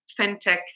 FinTech